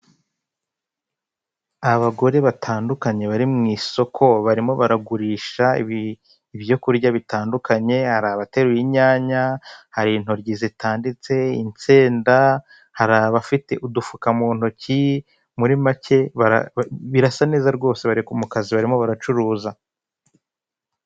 Abagore batandukanye bari mu isoko barimo baragurisha ibyo kurya bitandukanye hari abateruye inyanya, hari intoryi zitaditse, insenda, hari abafite udufuka mu ntoki muri make birasa neza rwose bari mu kazi barimo baracuruza.